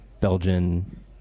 Belgian